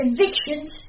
Evictions